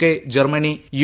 K Germany U